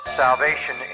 salvation